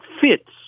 fits